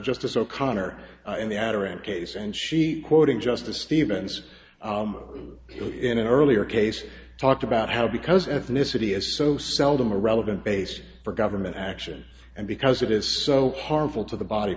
justice o'connor in the outer edge case and she quoting justice stevens in an earlier case talked about how because ethnicity is so seldom a relevant base for government action and because it is so harmful to the body